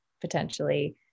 potentially